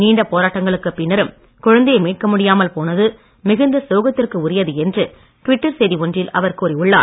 நீண்ட போராட்டங்களுக்கு பின்னரும் குழந்தையை மீட்க முடியாமல் போனது மிகுந்த சோகத்திற்கு உரியது என்று டுவிட்டர் செய்தி ஒன்றில் அவர் கூறியுள்ளார்